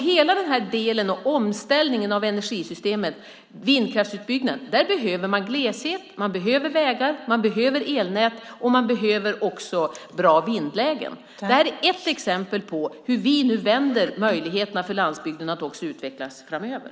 För omställningen av energisystemet och vindkraftsutbyggnaden behöver man gleshet, vägar, elnät och bra vindlägen. Det är ett exempel på hur vi vänder möjligheterna för landsbygden att utvecklas framöver.